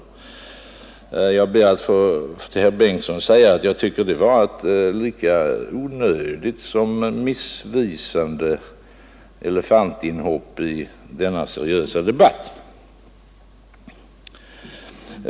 Jag ber att få till herr Bengtsson säga att detta var ett lika onödigt som missvisande elefantinhopp i denna seriösa debatt.